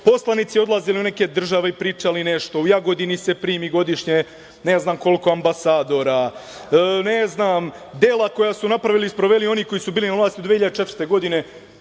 Poslanici odlaze na neke države, pričali nešto, u Jagodini se primi godišnje ne znam koliko ambasadora, ne znam, dela koja su napravili i sproveli oni koji su bili na vlasti 2004. godine.